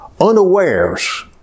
unawares